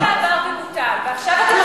זה היה בעבר ובוטל, ועכשיו אתם